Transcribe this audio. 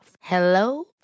Hello